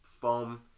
foam